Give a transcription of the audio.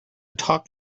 talk